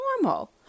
normal